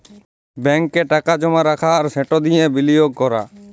ব্যাংকে টাকা জমা রাখা আর সেট দিঁয়ে বিলিয়গ ক্যরা